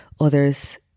others